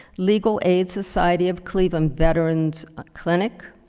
legal aid society of cleveland veterans clinic,